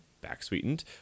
back-sweetened